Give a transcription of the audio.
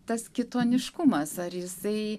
tas kitoniškumas ar jisai